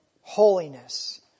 holiness